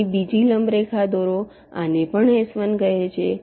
અહીં બીજી લંબ રેખા દોરો આને પણ S1 કહે છે